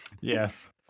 Yes